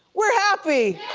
we're happy.